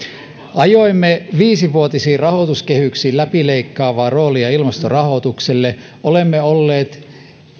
ajoimme viisivuotisiin rahoituskehyksiin läpileikkaavaa roolia ilmastorahoitukselle olemme olleet